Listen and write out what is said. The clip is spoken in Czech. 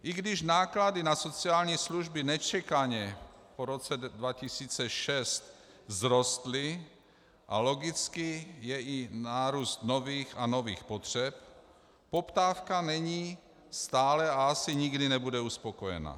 I když náklady na sociální služby nečekaně po roce 2006 vzrostly a logicky je i nárůst nových a nových potřeb, poptávka není stále a asi nikdy nebude uspokojena.